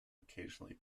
occasionally